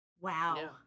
wow